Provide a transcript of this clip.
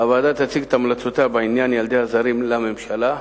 הוועדה תציג את המלצותיה בעניין ילדי הזרים לממשלה.